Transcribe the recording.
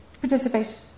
participate